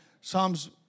Psalms